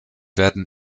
werden